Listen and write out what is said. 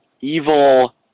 evil